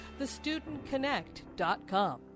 TheStudentConnect.com